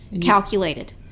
calculated